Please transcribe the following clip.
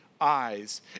eyes